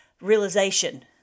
realization